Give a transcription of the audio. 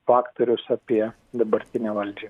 faktorius apie dabartinę valdžią